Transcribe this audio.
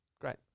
great